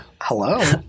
Hello